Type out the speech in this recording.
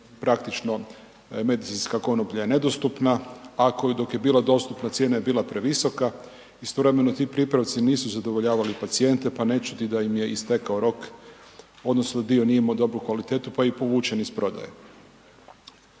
praktično medicinska konoplja je nedostupna, a koja je bila dostupna cijena je bila previsoka, istovremeno ti pripravci nisu zadovoljavali pacijente, pa ne čudi da im je istekao rok, odnosno, dio nije imao dobru kvalitetu, pa je povučen iz prodaje.